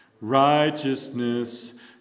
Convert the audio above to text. Righteousness